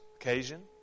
occasion